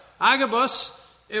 Agabus